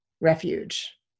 refuge